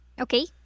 okay